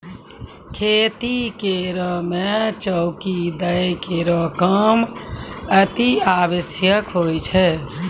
खेती करै म चौकी दै केरो काम अतिआवश्यक होय छै